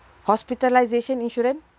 hospitalisation insurance